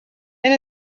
and